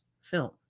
film